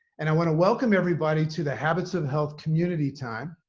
and i want to welcome everybody to the habits of health community time.